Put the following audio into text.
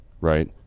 right